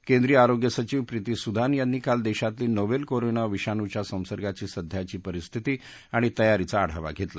केंद्रीय आरोग्य सचिव प्रीती सुदान यांनी काल देशातली नोवेल कोरोना विषाणूच्या संसर्गांची सध्याची परिस्थिती आणि तयारीचा आढावा घेतला